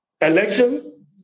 election